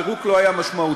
הפירוק לא היה משמעותי,